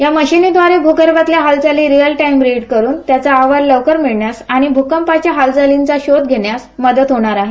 या मशीनद्वारे भूगर्भातल्या हालचाली रिअल टाइम रीड करून त्याचा अहवाल लवकर मिळण्यास आणि भूकंपाच्या हालचालीचा शोध घेण्यास त्याची मदत होणार आहे